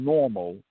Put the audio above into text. Normal